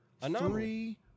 three